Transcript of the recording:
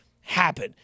happen